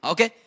Okay